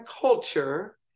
culture